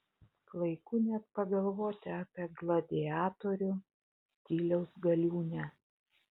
klaiku net pagalvoti apie gladiatorių stiliaus galiūnę